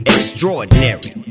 Extraordinary